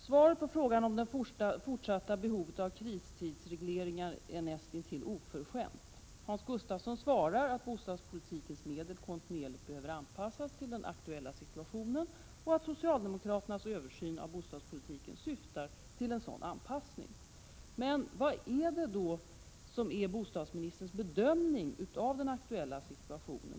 Svaret på frågan om det fortsatta behovet av kristidsregleringar är näst intill oförskämt. Hans Gustafsson svarar att bostadspolitikens medel konti nuerligt behöver anpassas till den aktuella situationen och att socialdemokraternas översyn av bostadspolitiken syftar till en sådan anpassning. Vilken är då bostadsministerns bedömning av den aktuella situationen?